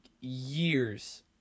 years